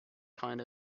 kind